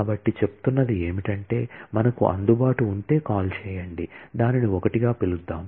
కాబట్టి చెప్తున్నది ఏమటంటే మనకు అందుబాటు ఉంటే కాల్ చేయండి దానిని ఒకటిగా పిలుద్దాం